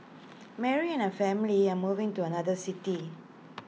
Mary and her family are moving to another city